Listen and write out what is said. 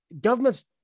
governments